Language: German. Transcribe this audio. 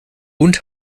und